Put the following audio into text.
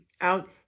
out